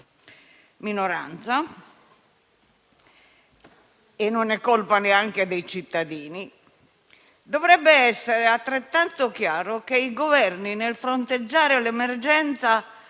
minoranza - e non è colpa neanche dei cittadini, dovrebbe essere altrettanto chiaro che i Governi, nel fronteggiare l'emergenza